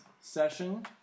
session